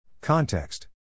Context